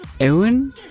Ewan